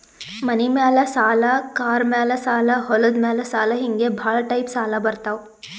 ಮನಿ ಮ್ಯಾಲ ಸಾಲ, ಕಾರ್ ಮ್ಯಾಲ ಸಾಲ, ಹೊಲದ ಮ್ಯಾಲ ಸಾಲ ಹಿಂಗೆ ಭಾಳ ಟೈಪ್ ಸಾಲ ಬರ್ತಾವ್